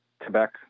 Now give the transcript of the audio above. Quebec